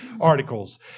articles